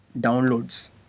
downloads